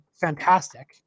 fantastic